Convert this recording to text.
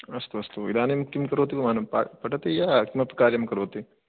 अस्तु अस्तु इदानीं किं करोति भवान् पठति या किमपि कार्यं करोति